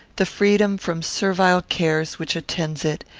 the freedom from servile cares which attends it,